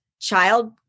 child